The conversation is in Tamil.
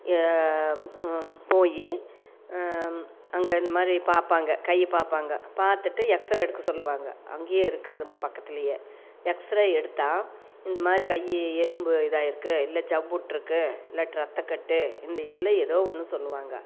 போய் அங்கே இந்தமாதிரி பார்ப்பாங்க கையை பார்ப்பாங்க பார்த்துட்டு எக்ஸ்ரே எடுக்க சொல்லுவாங்க அங்கே இருக்கு அதும் பக்கத்திலயே எக்ஸ்ரே எடுத்தால் இந்தமாதிரி கை எலும்பு இதாகிருக்கு இல்லை ஜவ்வு விட்ருக்கு இல்லாட்டி ரத்தக்கட்டு இந்த இதில் ஏதோ ஒன்று சொல்லுவாங்க